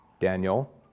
Daniel